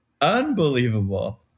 Unbelievable